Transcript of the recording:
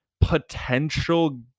potential